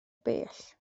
bell